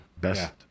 best